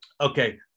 Okay